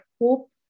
hope